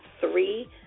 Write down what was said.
three